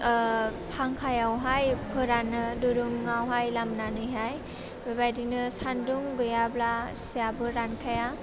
ओह फांखायावहाइ फोरानो दुरुङावहाइ लामनानैहाइ बेबायदिनो सान्दुं गैयाब्ला सिआबो रानखाया